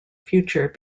future